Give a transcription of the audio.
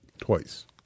Twice